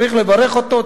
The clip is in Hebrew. צריך לברך אותו,